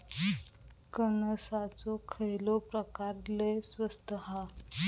कणसाचो खयलो प्रकार लय स्वस्त हा?